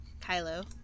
Kylo